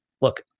look